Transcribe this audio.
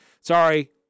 Sorry